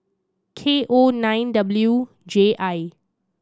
K O nine W J I